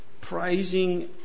praising